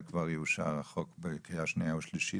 כבר יאושר החוק בקריאה שנייה ושלישית,